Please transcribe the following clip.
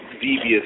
devious